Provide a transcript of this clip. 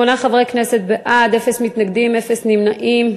שמונה חברי כנסת בעד, אין מתנגדים ואין נמנעים.